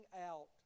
out